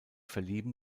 verlieben